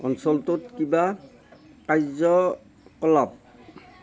অঞ্চলটোত কিবা কার্য্য কলাপ